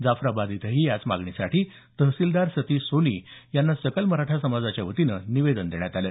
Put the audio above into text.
जाफराबाद इथंही याच मागणीसाठी तहसीलदार सतीश सोनी यांना सकल मराठा समाजाच्या वतीनं निवेदन देण्यात आलं